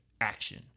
action